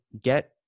get